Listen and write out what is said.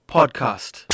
Podcast